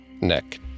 neck